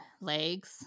legs